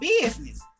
business